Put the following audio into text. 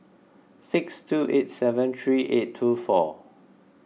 six two eight seven three eight two four